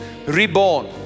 Reborn